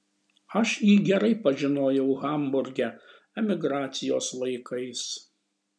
aš jį gerai pažinojau hamburge emigracijos laikais